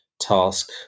task